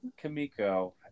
Kamiko